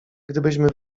gdybyśmy